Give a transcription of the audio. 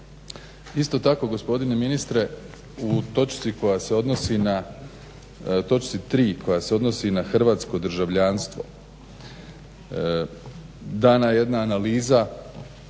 koja se odnosi na, točci tri koja se odnosi na hrvatsko državljanstvo dana jedna analiza